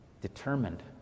Determined